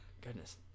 goodness